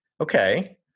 okay